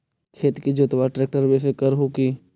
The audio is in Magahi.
खेत के जोतबा ट्रकटर्बे से कर हू की?